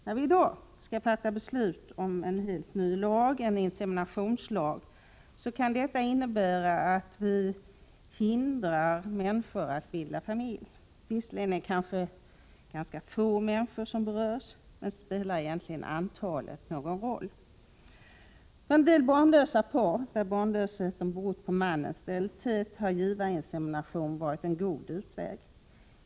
När vi i dag skall fatta beslut om en helt ny lag — en inseminationslag — så kan detta innebära att vi hindrar människor att bilda familj. Visserligen är det kanske ganska få människor som berörs — men spelar egentligen antalet någon roll? För en del barnlösa par, där barnlösheten berott på mannens sterilitet, har givarinsemination varit en god utväg.